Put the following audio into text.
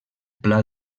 pla